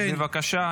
בבקשה,